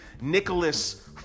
nicholas